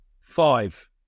five